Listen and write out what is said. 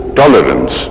tolerance